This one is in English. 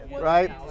Right